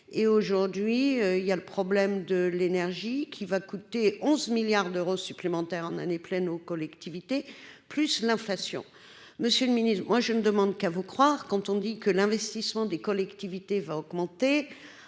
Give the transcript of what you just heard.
aujourd'hui il y a le problème de l'énergie qui va coûter 11 milliards d'euros supplémentaires en année pleine aux collectivités, plus l'inflation, monsieur le Ministre, moi je ne demande qu'à vous croire quand on dit que l'investissement des collectivités va augmenter